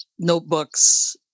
notebooks